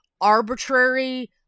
arbitrary